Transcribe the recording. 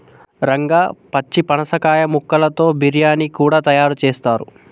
రంగా పచ్చి పనసకాయ ముక్కలతో బిర్యానీ కూడా తయారు చేస్తారు